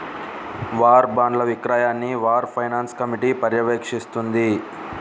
war బాండ్ల విక్రయాన్ని war finance committee పర్యవేక్షిస్తుంది